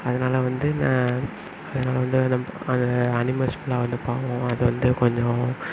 அதனால் வந்து அதெல்லாம் வந்து அது நம் அனிமல்ஸ்க்கெல்லாம் வந்து பாவம் அது வந்து கொஞ்சம்